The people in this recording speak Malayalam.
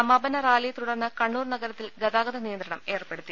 സമാപന റാലിയെ തുടർന്ന് കണ്ണൂർ നഗരത്തിൽ ഗതാഗത നിയ ന്ത്രണം ഏർപ്പെടുത്തി